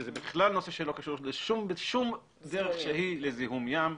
שזה בכלל נושא שלא קשור בשום דרך שהיא לזיהום ים,